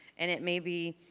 and it may be,